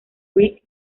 creek